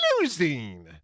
Losing